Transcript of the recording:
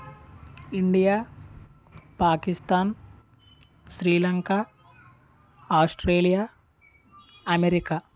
India Pakistan Sri Lanka Australia America